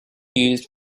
used